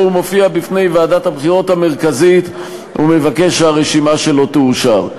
הוא מופיע בפני ועדת הבחירות המרכזית ומבקש שהרשימה שלו תאושר.